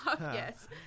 yes